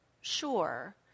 sure